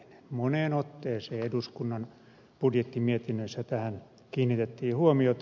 moneen otteeseen eduskunnan budjettimietinnöissä tähän kiinnitettiin huomiota